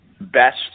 best